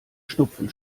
schnupfen